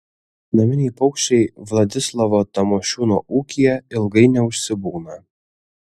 naminiai paukščiai vladislovo tamošiūno ūkyje ilgai neužsibūna